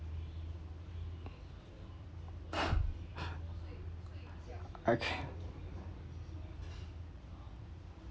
okay